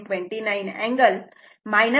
29 angle 36